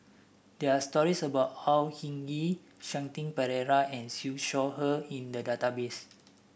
there are stories about Au Hing Yee Shanti Pereira and Siew Shaw Her in the database